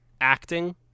acting